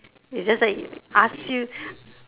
is just that he ask you